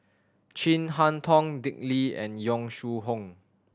Chin Harn Tong Dick Lee and Yong Shu Hoong